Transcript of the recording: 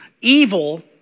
evil